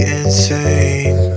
insane